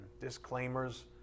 disclaimers